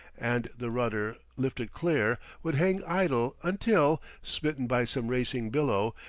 and the rudder, lifted clear, would hang idle until, smitten by some racing billow,